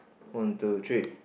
one two three